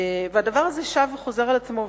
והדבר הזה שב וחוזר על עצמו.